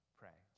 pray